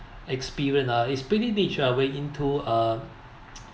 experience ah it's pretty niche ah when into uh